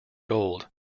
gold